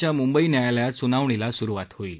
च्या मुंबई न्यायालयात सूनावणीला स्रुवात होणार आहे